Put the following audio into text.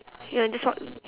you know just walk